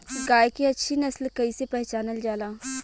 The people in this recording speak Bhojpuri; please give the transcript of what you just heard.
गाय के अच्छी नस्ल कइसे पहचानल जाला?